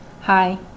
hi